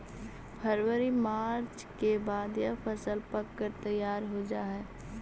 फरवरी मार्च के बाद यह फसल पक कर तैयार हो जा हई